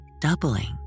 doubling